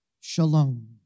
shalom